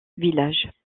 village